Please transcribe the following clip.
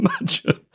imagine